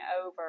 over